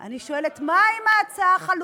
אני שואלת: מה עם ההצעה החלופית,